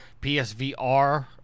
PSVR